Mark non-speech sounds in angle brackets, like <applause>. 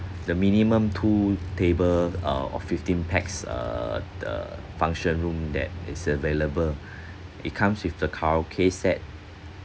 the minimum two table uh of fifteen pax err the function room that is available <breath> it comes with the karaoke set